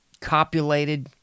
copulated